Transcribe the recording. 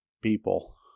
people